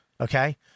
Okay